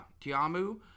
Tiamu